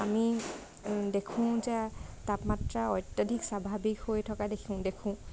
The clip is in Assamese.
আমি দেখোঁ যে তাপমাত্ৰা অত্যাধিক স্বাভাৱিক হৈ থকা দেখো দেখোঁ